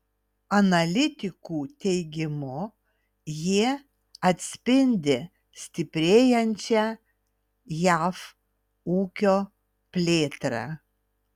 analitikų teigimu jie atspindi stiprėjančią jav ūkio plėtrą